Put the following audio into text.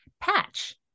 Patch